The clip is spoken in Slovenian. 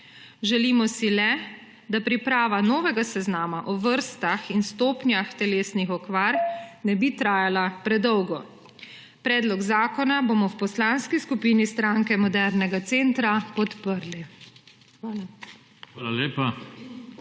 Želimo si le, da priprava novega seznama o vrstah in stopnjah telesnih okvar ne bi trajala predolgo. Predlog zakona bomo v Poslanski skupini Stranke modernega centra podprli. Hvala.